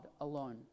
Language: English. alone